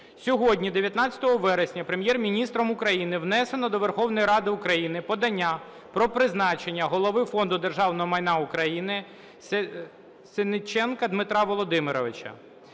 Сьогодні, 19 вересня, Прем'єр-міністром України внесено до Верховної Ради України подання про призначення Голови Фонду державного майна України Сенниченка Дмитра Володимировича.